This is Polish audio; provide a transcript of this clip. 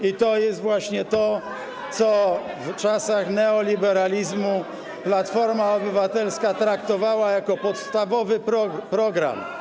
I to jest właśnie to, co w czasach neoliberalizmu Platforma Obywatelska traktowała jako podstawowy program.